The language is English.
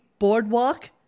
boardwalk